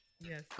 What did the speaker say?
yes